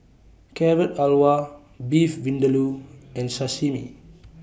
Carrot Halwa Beef Vindaloo and Sashimi